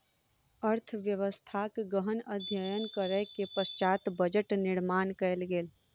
अर्थव्यवस्थाक गहन अध्ययन करै के पश्चात बजट निर्माण कयल गेल